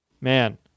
Man